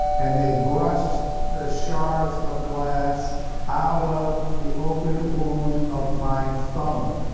and they brushed the shards of glass out of the open wound of my thumb,